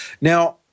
Now